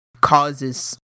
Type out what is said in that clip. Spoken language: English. causes